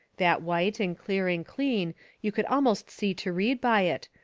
that white and clear and clean you could almost see to read by it,